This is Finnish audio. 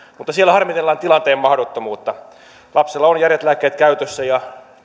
mutta siellä harmitellaan tilanteen mahdottomuutta lapsella on järeät lääkkeet käytössä ja